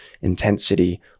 intensity